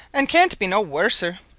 and can't be no worser.